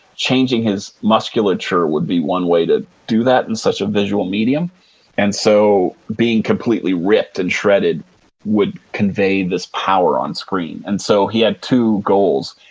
changing his musculature would be one way to do that in such a visual medium and so being completely ripped and shredded would convey this power on screen. and so, he had two goals.